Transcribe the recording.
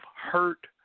hurt